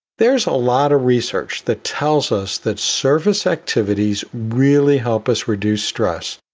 there's a lot of research that tells us that service activities really help us reduce stress,